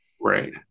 right